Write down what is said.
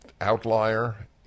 outlier